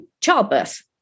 childbirth